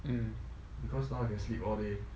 mm